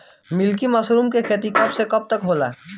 Milky mushroom के खेती कब से कब तक होला?